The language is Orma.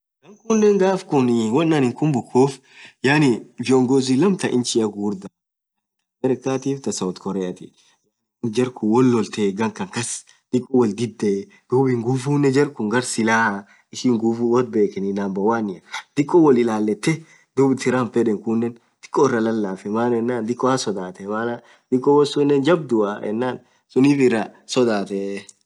ghan khunen ghafkun wonn anin khumbukuni yaani viogozi lamma thaa ichia ghugurdha thaa Americath thaa south Korea jarkun wollothe dhiko wol dhidhe dhub nguviunen Ghar silah ishin nguvuu woth bekheni number 1 dhiko wol ilalethe dhub tramp yedhen khunen dhiko iraa lalafe yenen dhiko sodhathe dhiko wonsunen jabdhua sunnif iraa sodhathe